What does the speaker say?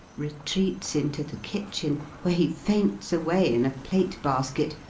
retreats into the kitchen, where he faints away, in a plate-basket,